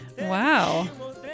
Wow